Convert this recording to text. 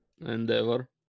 Endeavor